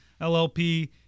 LLP